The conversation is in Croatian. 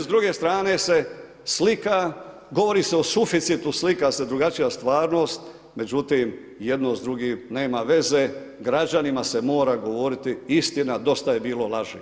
S druge strane se slika, govori se o suficitu, slika se drugačija stvarnost, međutim jedno s drugim nema veze, građanima se mora govoriti istina, dosta je bilo laži.